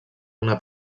una